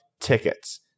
tickets